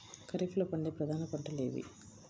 ఖరీఫ్లో పండే ప్రధాన పంటలు ఏవి?